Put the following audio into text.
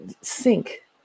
sink